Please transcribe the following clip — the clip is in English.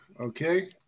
Okay